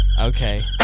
Okay